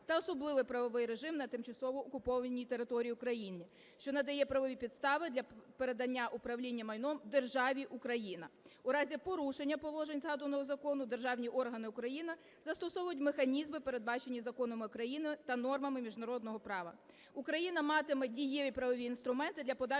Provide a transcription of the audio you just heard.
та особливий правовий режим на тимчасово окупованій території України", що надає правові підстави для передання управління майном державі Україна. У разі порушення положень згаданого закону, державні органи України застосовують механізми, передбачені законами України та нормами міжнародного права. Україна матиме дієві правові інструменти для подальшого